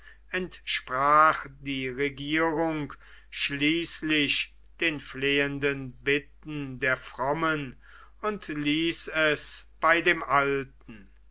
entsprach die regierung schließlich den flehenden bitten der frommen und ließ es bei dem alten